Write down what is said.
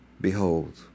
Behold